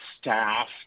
staff